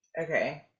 Okay